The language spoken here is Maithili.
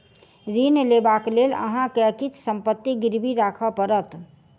ऋण लेबाक लेल अहाँ के किछ संपत्ति गिरवी राखअ पड़त